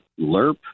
LERP